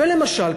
ולמשל,